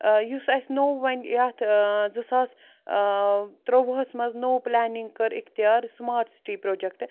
یُس اسہِ نوٚو وۄنۍ یتھ ٲں زٕ ساس ٲں ترٛیٛووُہَس منٛز نٔو پٕلانِنٛگ کٔر اختیار سٕمارٹ سٹی پرٛوجیٚکٹہٕ